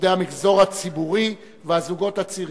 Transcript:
עובדי המגזר הציבורי והזוגות הצעירים.